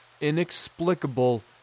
inexplicable